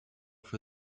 for